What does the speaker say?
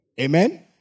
Amen